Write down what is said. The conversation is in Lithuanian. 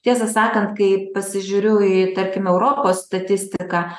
tiesą sakant kai pasižiūriu į tarkim europos statistiką